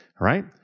right